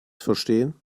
verstehen